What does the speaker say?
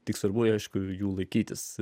tik svarbu aišku jų laikytis